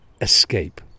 escape